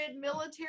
military